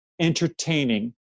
entertaining